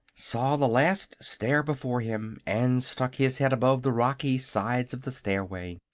saw the last stair before him and stuck his head above the rocky sides of the stairway.